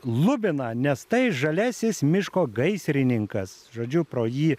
lubiną nes tai žaliasis miško gaisrininkas žodžiu pro jį